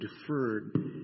deferred